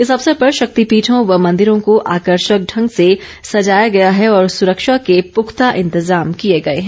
इस अवसर पर शक्तिपीठों व मंदिरों को आकर्षक ढंग से सजाया गया है और सुरक्षा के पुख्ता इंतजाम किए गए हैं